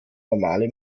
normale